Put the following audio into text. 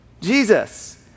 Jesus